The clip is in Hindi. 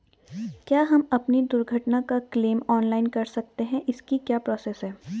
क्या हम अपनी दुर्घटना का क्लेम ऑनलाइन कर सकते हैं इसकी क्या प्रोसेस है?